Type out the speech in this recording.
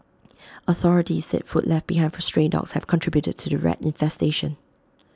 authorities said food left behind for stray dogs have contributed to the rat infestation